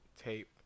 tape